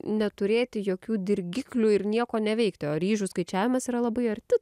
neturėti jokių dirgiklių ir nieko neveikti o ryžių skaičiavimas yra labai arti